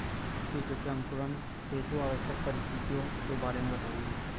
बीजों के अंकुरण हेतु आवश्यक परिस्थितियों के बारे में बताइए